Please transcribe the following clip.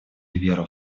веру